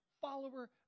follower